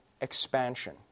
expansion